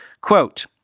Quote